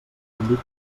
àmbit